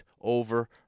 over